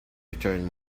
returned